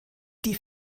die